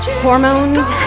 hormones